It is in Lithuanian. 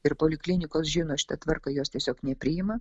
ir poliklinikos žino šitą tvarką jos tiesiog nepriima